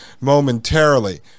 momentarily